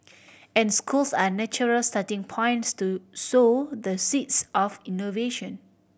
and schools are natural starting points to sow the seeds of innovation